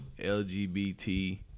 LGBT